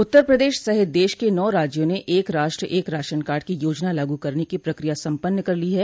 उत्तर प्रदेश सहित देश के नौ राज्यों ने एक राष्ट्र एक राशन कार्ड की योजना लागू करने की प्रक्रिया सम्पन्न कर ली है